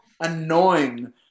annoying